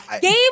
Game